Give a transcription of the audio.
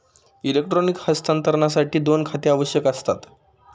electronic हस्तांतरणासाठी दोन खाती आवश्यक असतात